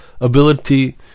ability